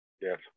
Yes